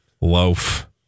loaf